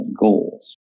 goals